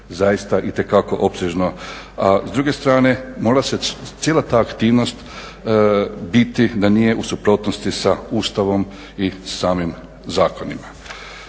Zaista itekako opsežno. S druge strane, mora se cijela ta aktivnost biti da nije u suprotnosti sa Ustavom i samim zakonima.